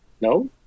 No